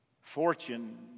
fortune